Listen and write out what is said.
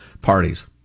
parties